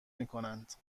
میکنند